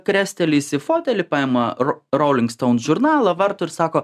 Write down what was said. krestelėjusi fotelį paima ro rouling stouns žurnalą varto ir sako